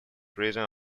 prison